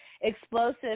explosive